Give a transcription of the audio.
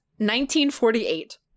1948